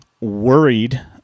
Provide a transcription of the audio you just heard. worried